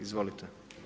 Izvolite.